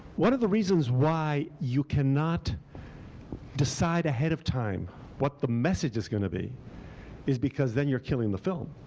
one of the reasons why you cannot decide ahead of time what the message is going to be is because then you're killing the film.